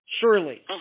Surely